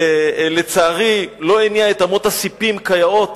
שלצערי לא הניע את אמות הספים כיאות